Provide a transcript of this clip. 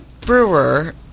brewer